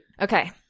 Okay